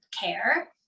care